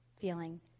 feeling